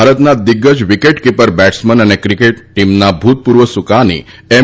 ભારતના દિઝ્ગજ wicket keeper batsman અને ક્રિકેટ ટીમના ભૂતપૂર્વ સુકાની એમ